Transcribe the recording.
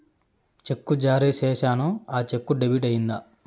చెక్కు జారీ సేసాను, ఆ చెక్కు డెబిట్ అయిందా